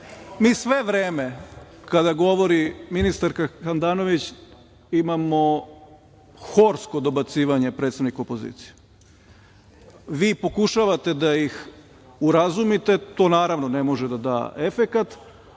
sve vreme kada govori ministarka Handanović imamo horsko dobacivanje predstavnika opozicije. Vi pokušavate da ih urazumite, to naravno ne može da da efekat,